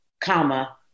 comma